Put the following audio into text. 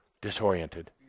disoriented